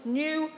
new